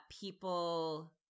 people